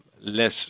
less